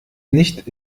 nicht